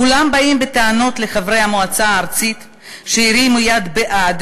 כולם באים בטענות לחברי המועצה הארצית שהרימו יד בעד,